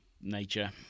nature